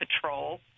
patrol